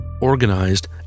organized